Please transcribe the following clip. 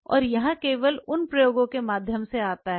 और यह केवल उन प्रयोगों के माध्यम से आता है